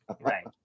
Right